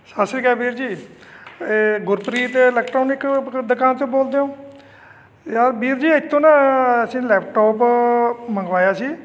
ਸਤਿ ਸ਼੍ਰੀ ਅਕਾਲ ਵੀਰ ਜੀ ਗੁਰਪ੍ਰੀਤ ਇਲੈਕਟ੍ਰੋਨਿਕ ਬ ਦੁਕਾਨ ਤੋਂ ਬੋਲਦੇ ਹੋ ਯਾਰ ਵੀਰ ਜੀ ਇੱਥੋਂ ਨਾ ਅਸੀਂ ਲੈਪਟੋਪ ਮੰਗਵਾਇਆ ਸੀ